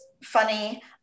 funny